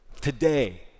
Today